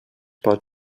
pot